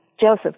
Joseph